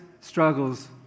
struggles